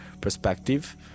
perspective